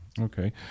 Okay